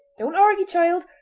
don't argy, child!